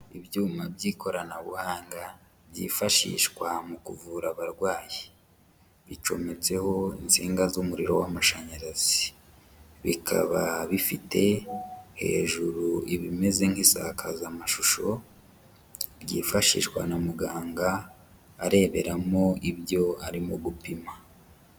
Ibyuma by'ikoranabuhanga byifashishwa mu kuvura abarwayi; bicometseho insinga z'umuriro w'amashanyarazi. Bikaba bifite hejuru ibimeze nk'isakazamashusho, ryiyifashishwa na muganga, areberamo ibyo arimo gupima.